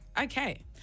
okay